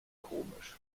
komisch